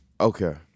Okay